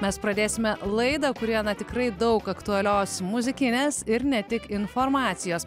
mes pradėsime laidą kurioje tikrai daug aktualios muzikinės ir ne tik informacijos